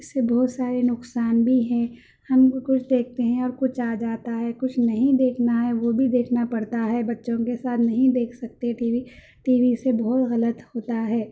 اس سے بہت سارے نقصان بھی ہیں ہم بھی کچھ دیکھتے ہیں اور کچھ آ جاتا ہے کچھ نہیں دیکھنا ہے وہ بھی دیکھنا پڑتا ہے اور بّچوں کے ساتھ نہیں دیکھ سکتے ٹی وی ٹی وی سے بہت غلط ہوتا ہے